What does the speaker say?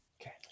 Okay